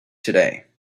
today